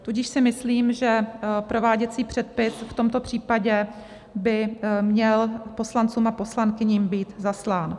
Tudíž si myslím, že prováděcí předpis v tomto případě by měl poslancům a poslankyním být zaslán.